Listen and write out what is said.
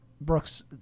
Brooks